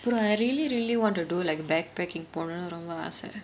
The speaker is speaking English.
but I really really want to do like backpacking பொண்ணுன்னு ரொம்ப ஆச:ponnunu romba aasa